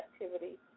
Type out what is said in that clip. activity